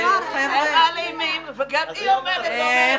הם אלימים וגם היא אומרת שהם אלימים.